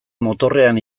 motorrean